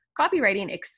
copywriting